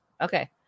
Okay